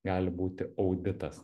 gali būti auditas